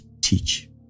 teach